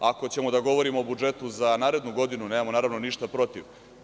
Ako ćemo da govorimo o budžetu za narednu godinu, nemamo ništa protiv.